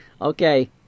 Okay